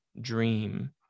dream